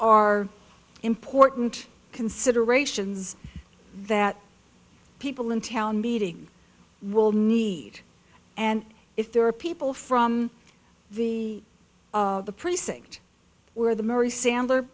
are important considerations that people in town meeting will need and if there are people from the the precinct where the murray sandler